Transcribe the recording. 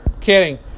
Kidding